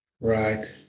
Right